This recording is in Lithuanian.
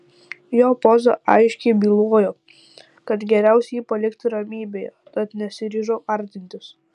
jo poza aiškiai bylojo kad geriausia jį palikti ramybėje tad nesiryžau artintis